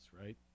right